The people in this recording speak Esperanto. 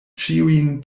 ĉiujn